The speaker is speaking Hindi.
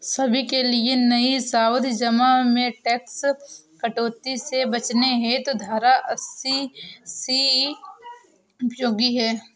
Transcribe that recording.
सभी के लिए नई सावधि जमा में टैक्स कटौती से बचने हेतु धारा अस्सी सी उपयोगी है